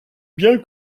bien